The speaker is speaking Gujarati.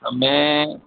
તમે